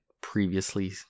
previously